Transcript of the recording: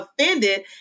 offended